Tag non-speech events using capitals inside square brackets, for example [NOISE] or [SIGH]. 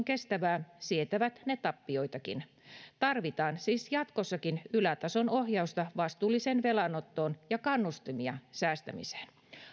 [UNINTELLIGIBLE] kestävää sietävät ne tappioitakin tarvitaan siis jatkossakin ylätason ohjausta vastuulliseen velanottoon ja kannustimia säästämiseen